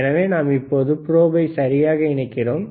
எனவே நாம் இப்பொது ப்ரோபை சரியாக இணைக்கிறோம்